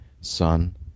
son